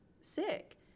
sick